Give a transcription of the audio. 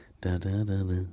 Da-da-da-da